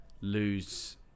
lose